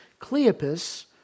Cleopas